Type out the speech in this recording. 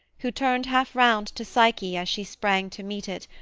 who turned half-round to psyche as she sprang to meet it,